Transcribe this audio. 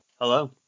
hello